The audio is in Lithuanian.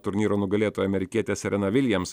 turnyro nugalėtoja amerikietė serena viljams